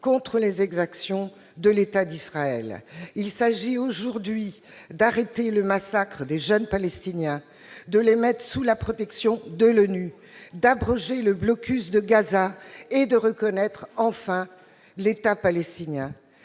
contre les exactions de l'État d'Israël. Il faut aujourd'hui faire cesser le massacre des jeunes Palestiniens, les placer sous protection de l'ONU, abroger le blocus de Gaza et reconnaître enfin l'État palestinien